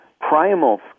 primal